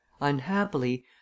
unhappily